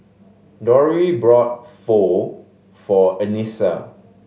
Dori bought Pho for Anissa